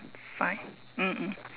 fine mm mm